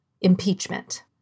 impeachment